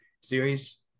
series